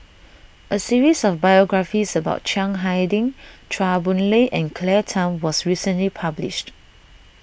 a series of biographies about Chiang Hai Ding Chua Boon Lay and Claire Tham was recently published